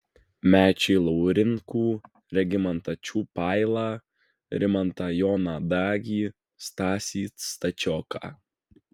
mečį laurinkų regimantą čiupailą rimantą joną dagį stasį stačioką